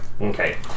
Okay